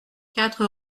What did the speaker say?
quatre